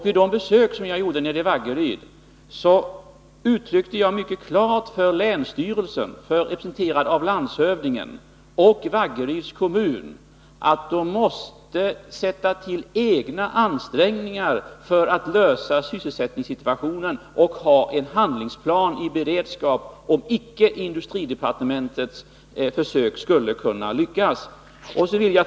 Vid de besök som jag gjorde nere i Vaggeryd uttryckte jag mycket klart för länsstyrelsen, representerad av landshövdingen, och Vaggeryds kommun att de själva måste anstränga sig för att klara sysselsättningssituationen, och de måste ha en handlingsplan i beredskap om industridepartementets försök icke skulle lyckas. Fru talman!